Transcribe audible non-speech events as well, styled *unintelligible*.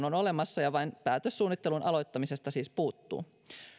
*unintelligible* on olemassa ja vain päätös suunnittelun aloittamisesta siis puuttuu